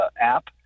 app